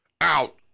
out